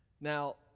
Now